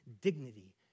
dignity